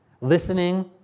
Listening